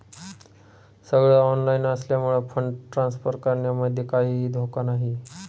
सगळ ऑनलाइन असल्यामुळे fund transfer करण्यामध्ये काहीही धोका नाही